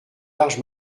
large